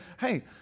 hey